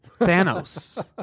Thanos